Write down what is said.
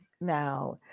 Now